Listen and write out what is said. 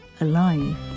alive